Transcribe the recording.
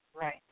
Right